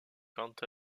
quant